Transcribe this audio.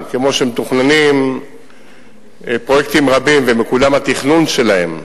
כמו שמתוכננים פרויקטים רבים ומקודם התכנון שלהם